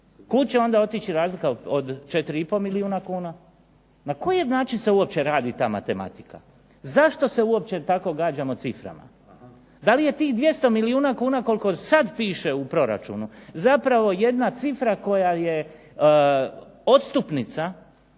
Kud će onda otići razlika od 4 i pol milijuna kuna. Na koji način se uopće radi ta matematika? Zašto se uopće tako gađamo ciframa? Da li je tih 200 milijuna kuna koliko sad piše u proračunu zapravo jedna cifra koja je odstupnica